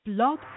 Blog